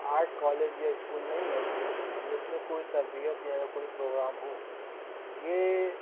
art college یا school نہیں ہے جس میں کوئی تربیت یا کوئی پروگرام ہو یہ